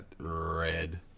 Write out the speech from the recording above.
red